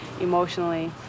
emotionally